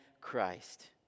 Christ